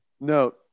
No